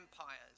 empires